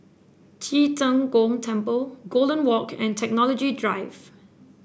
Ci Zheng Gong Temple Golden Walk and Technology Drive